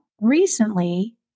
Recently